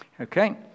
Okay